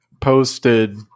posted